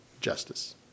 justice